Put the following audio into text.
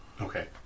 Okay